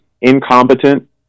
Incompetent